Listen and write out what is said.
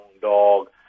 dog